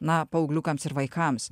na paaugliukams ir vaikams